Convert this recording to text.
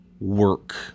work